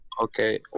Okay